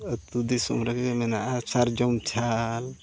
ᱟᱹᱛᱩ ᱫᱤᱥᱚᱢ ᱨᱮᱜᱮ ᱢᱮᱱᱟᱜᱼᱟ ᱥᱟᱨᱡᱚᱢ ᱪᱷᱟᱞ